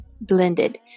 blended